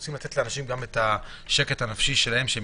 רוצים לתת לאנשים גם את השקט הנפשי שלהם שהם